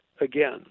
again